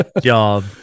job